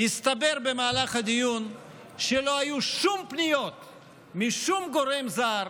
הסתבר במהלך הדיון שלא היו שום פניות משום גורם זר,